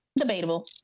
Debatable